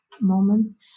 moments